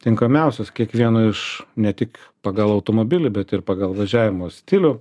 tinkamiausios kiekvieno iš ne tik pagal automobilį bet ir pagal važiavimo stilių